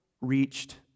reached